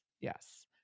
Yes